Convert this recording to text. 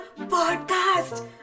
podcast